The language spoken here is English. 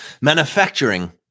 Manufacturing